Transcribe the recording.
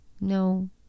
no